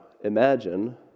imagine